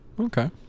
Okay